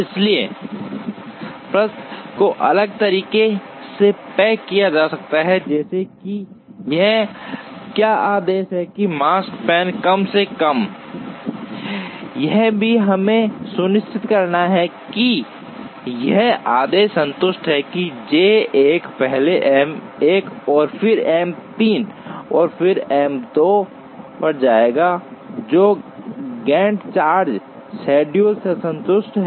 इसलिए प्रश्न को अलग तरीके से पेश किया जा सकता है जैसे कि यह क्या आदेश है कि यह Makespan कम से कम हो यह भी हमें सुनिश्चित करना है कि यह आदेश संतुष्ट है कि J 1 पहले M 1 और फिर M 3 और फिर M 2 पर जाएगा जो गैंट चार्ट शेड्यूल से संतुष्ट है